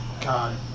God